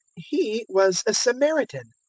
he was a samaritan.